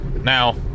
Now